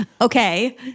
Okay